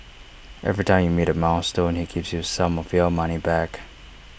every time you meet A milestone he gives you some of your money back